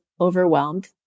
overwhelmed